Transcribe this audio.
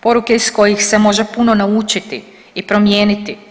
Poruke iz kojih se može puno naučiti i promijeniti.